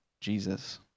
Jesus